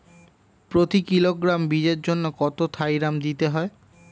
প্রতি কিলোগ্রাম বীজের জন্য কত থাইরাম দিতে হবে?